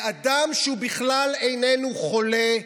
לאדם שבכלל איננו חולה,